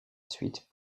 suite